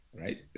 right